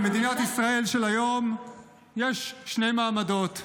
במדינת ישראל של היום יש שני מעמדות.